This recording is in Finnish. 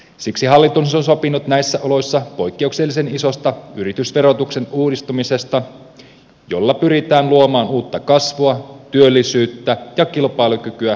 siksi hallitus on sopinut näissä oloissa poikkeuksellisen isosta yritysverotuksen uudistamisesta jolla pyritään luomaan uutta kasvua työllisyyttä ja kilpailukykyä suomen talouteen